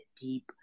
deep